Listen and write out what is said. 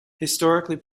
historically